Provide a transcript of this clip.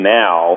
now